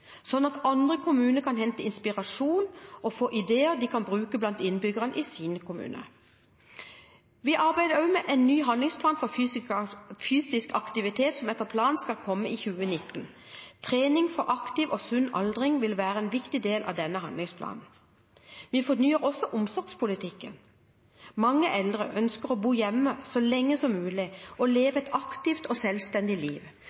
at andre kommuner kan hente inspirasjon og få ideer de kan bruke blant sine innbyggere. Vi arbeider også med en ny handlingsplan for fysisk aktivitet som etter planen skal komme i 2019. Trening for aktiv og sunn aldring vil være en viktig del av denne handlingsplanen. Vi fornyer også omsorgspolitikken. Mange eldre ønsker å bo hjemme så lenge som mulig og leve et aktivt og selvstendig liv.